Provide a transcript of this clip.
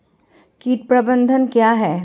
कीट प्रबंधन क्या है?